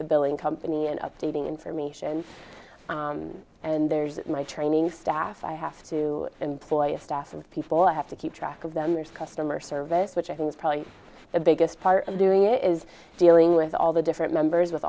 the billing company and feeding information and there's my training staff i have to employ a staff of people i have to keep track of them as customer service which i think is probably the biggest part of doing it is dealing with all the different members